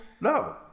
No